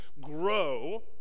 grow